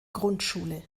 grundschule